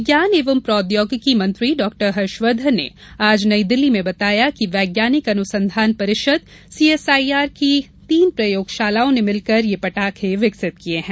विज्ञान एवं प्रौद्योगिकी मंत्री डाक्टर हर्षवर्धन ने आज नईदिल्ली में बताया कि वैज्ञानिक अनुसंधान परिषद सीएसआईआर की तीन प्रयोगशालाओं ने मिलकर ये पटाखे विकसित किये हैं